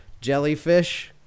Jellyfish